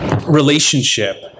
relationship